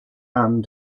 and